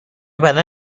بدن